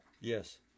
Yes